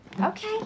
Okay